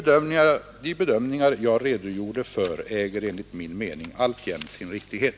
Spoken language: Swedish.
De bedömningar jag redogjorde för äger enligt min mening alltjämt sin riktighet.